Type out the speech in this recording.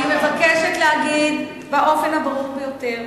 אני מבקשת להגיד באופן הברור ביותר.